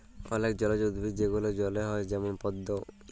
অলেক জলজ উদ্ভিদ যেগলা জলে হ্যয় যেমল পদ্দ